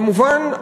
כמובן,